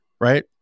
right